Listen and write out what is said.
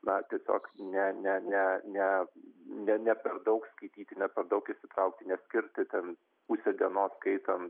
na tiesiog ne ne ne ne ne ne per daug skaityti ne per daug įsitraukti neskirti ten pusę dienos skaitant